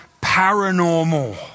paranormal